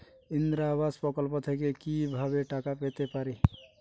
ইন্দিরা আবাস প্রকল্প থেকে কি ভাবে টাকা পেতে পারি?